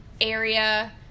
area